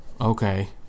Okay